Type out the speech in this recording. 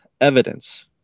evidence